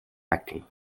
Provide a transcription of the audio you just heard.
acting